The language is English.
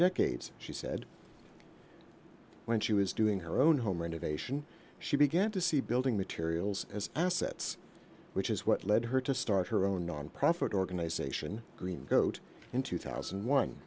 decades she said when she was doing her own home renovation she began to see building materials as assets which is what led her to start her own nonprofit organization green goat in two thousand